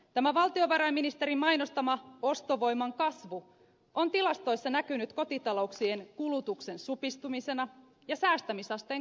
tämä valtiovarainministerin mainostama ostovoiman kasvu on tilastoissa näkynyt kotitalouksien kulutuksen supistumisena ja säästämisasteen kasvamisena